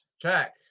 Check